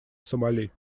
сомали